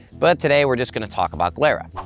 but today we're just gonna talk about glera.